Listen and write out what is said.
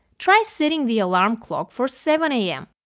try setting the alarm clock for seven a m.